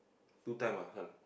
two time ah this one